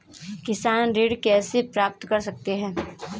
किसान ऋण कैसे प्राप्त कर सकते हैं?